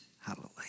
Hallelujah